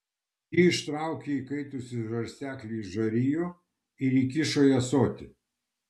ji ištraukė įkaitusį žarsteklį iš žarijų ir įkišo į ąsotį